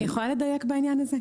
אני יכולה לדייק בעניין הזה.